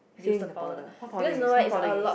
fill in the powder what powder you use what powder you use